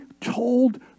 told